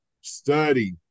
study